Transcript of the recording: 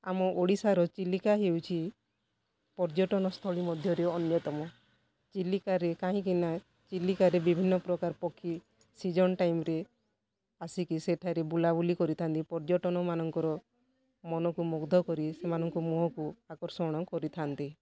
ଆମ ଓଡ଼ିଶାର ଚିଲିକା ହେଉଛି ପର୍ଯ୍ୟଟନସ୍ଥଳୀ ମଧ୍ୟରେ ଅନ୍ୟତମ ଚିଲିକାରେ କାହିଁକି ନା ଚିଲିକାରେ ବିଭିନ୍ନ ପ୍ରକାର ପକ୍ଷୀ ସିଜନ୍ ଟାଇମ୍ରେ ଆସିକି ସେଠାରେ ବୁଲାବୁଲି କରିଥାନ୍ତି ପର୍ଯ୍ୟଟନମାନଙ୍କର ମନକୁ ମୁଗ୍ଧକରି ସେମାନଙ୍କ ମୁହଁକୁ ଆକର୍ଷଣ କରିଥାନ୍ତି